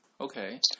Okay